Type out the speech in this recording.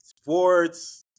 sports